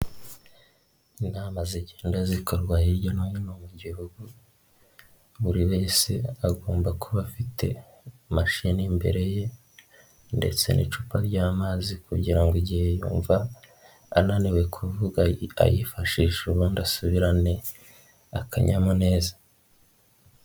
Inama zigenda zikorwa hirya no hino mu gihugu, buri wese agomba kuba afite mashini imbere ye ndetse n'icupa ry'amazi kugira ngo igihe yumva ananiwe kuvuga ayifashishe, ubundi asubirane akanyamuneza.